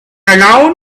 along